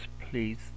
please